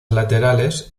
laterales